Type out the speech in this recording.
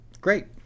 great